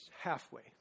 halfway